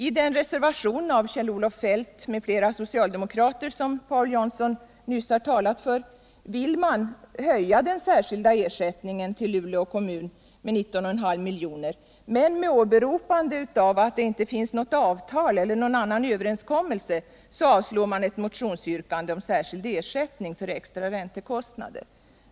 I reservationen av Kjell-Olof Feldt m.fl. socialdemokrater, som Paul Jansson har talat för, vill man höja den särskilda ersättningen till Luleå kommun med 19,5 milj.kr., men med åberopande av att det inte finns något avtal eller någon annan överenskommelse avstyrker man ett motionsyrkande om särskild ersättning för extra räntekostnader.